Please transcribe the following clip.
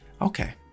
Okay